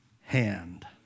hand